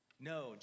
no